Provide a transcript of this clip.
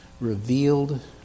revealed